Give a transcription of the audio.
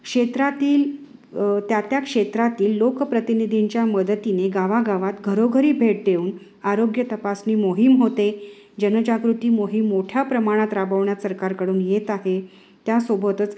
क्षेत्रातील त्या त्या क्षेत्रातील लोक प्रतिनिधींच्या मदतीने गावागावात घरोघरी भेट देऊन आरोग्य तपासणी मोहीम होते जनजागृती मोहीम मोठ्या प्रमाणात राबवण्यात सरकारकडून येत आहे त्यासोबतच